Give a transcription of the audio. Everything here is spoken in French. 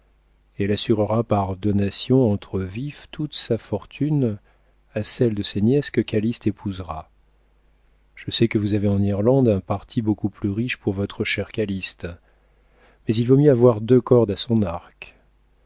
elle assurera par donation entre vifs toute sa fortune à celle de ses nièces que calyste épousera je sais que vous avez en irlande un parti beaucoup plus riche pour votre cher calyste mais il vaut mieux avoir deux cordes à son arc